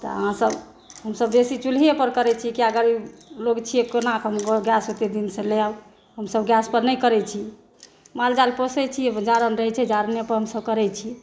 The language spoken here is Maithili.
तऽ अहाँसभ हमसभ बेसी चूल्हेपर करैत छी कए घड़ी लोग छियै केना कऽ गैस ओतेक दिन चलायब हमसभ गैसपर नहि करैत छी मालजाल पोसैत छी जारनि रहैत छै जारनिएपर हमसभ करैत छी